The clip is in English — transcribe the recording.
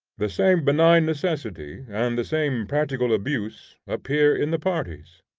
the same benign necessity and the same practical abuse appear in the parties,